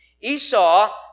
Esau